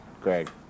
Greg